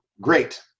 Great